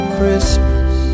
Christmas